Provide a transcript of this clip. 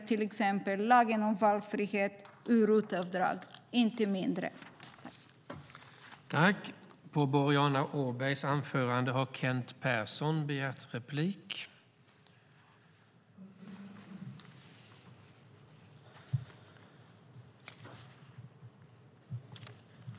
I detta anförande instämde Johan Johansson, Olof Lavesson, Jessica Polfjärd, Hans Rothenberg och Cecilie Tenfjord-Toftby samt Anders Ahlgren och Helena Lindahl .